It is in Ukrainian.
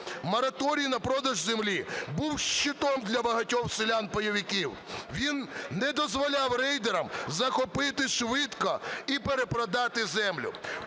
Мораторій на продаж землі був щитом для багатьох селян-пайовиків. Він не дозволяв рейдерам захопити швидко і перепродати землю.